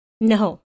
No